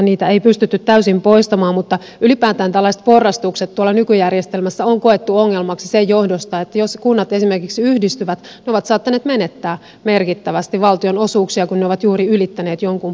niitä ei pystytty täysin poistamaan mutta ylipäätään tällaiset porrastukset tuolla nykyjärjestelmässä on koettu ongelmaksi sen johdosta että jos kunnat esimerkiksi yhdistyvät ne ovat saattaneet menettää merkittävästi valtionosuuksia kun ne ovat juuri ylittäneet jonkun portaan